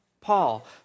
Paul